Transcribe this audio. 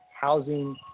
housing